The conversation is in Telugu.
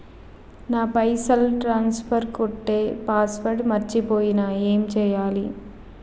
నా పైసల్ ట్రాన్స్ఫర్ కొట్టే పాస్వర్డ్ మర్చిపోయిన ఏం చేయాలి?